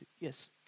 yes